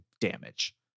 damage